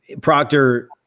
Proctor